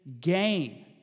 gain